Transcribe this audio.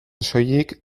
soilik